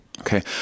Okay